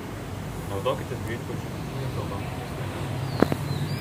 naudokitės greitpuodžiu ir mikrobangų krosnele